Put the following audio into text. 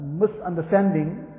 misunderstanding